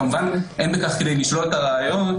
וכמובן אין בכך כדי לשלול את הרעיון,